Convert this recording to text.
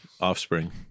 offspring